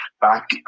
back